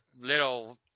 little